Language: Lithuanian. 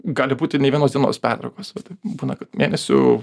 gali būti nei vienos dienos pertraukos va taip būna kad mėnesių